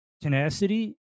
tenacity